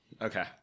Okay